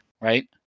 right